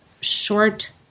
short